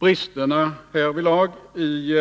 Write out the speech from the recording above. Bristerna härvidlag i